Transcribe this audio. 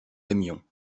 aimions